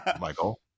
Michael